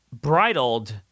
bridled